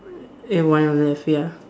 and one on left ya